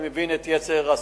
אני מבין את יצר הסקרנות,